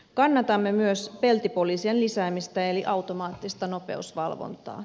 kannatamme myös peltipoliisien lisäämistä eli automaattista nopeusvalvontaa